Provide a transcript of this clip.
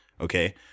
okay